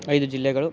ಐದು ಜಿಲ್ಲೆಗಳು